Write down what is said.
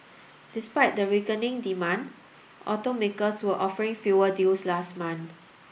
despite the weakening demand automakers were offering fewer deals last month